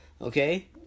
Okay